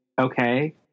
okay